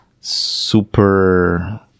super